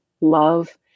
love